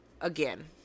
again